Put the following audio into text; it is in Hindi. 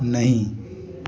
नहीं